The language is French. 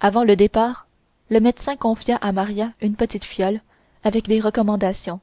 avant le départ le médecin confia à maria une petite fiole avec des recommandations